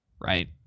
right